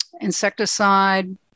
insecticide